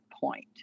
point